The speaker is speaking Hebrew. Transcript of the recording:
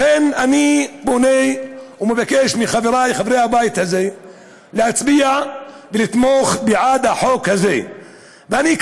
לכן אני פונה ומבקש מחברי חברי הבית הזה להצביע בעד החוק הזה ולתמוך בו.